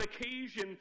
occasion